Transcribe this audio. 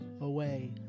away